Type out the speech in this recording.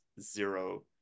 zero